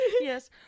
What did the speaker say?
Yes